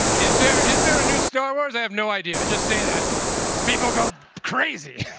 is there is there a new star wars? i have no idea. i just say that and people go crazy